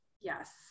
Yes